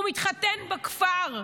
הוא מתחתן בכפר,